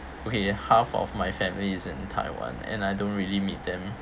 okay half of my family is in taiwan and I don't really meet them